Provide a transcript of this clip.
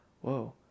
whoa